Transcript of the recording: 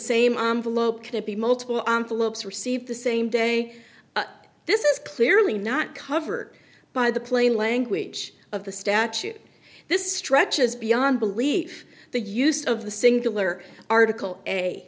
be multiple antelopes receive the same day this is clearly not covered by the plain language of the statute this stretches beyond belief the use of the singular article a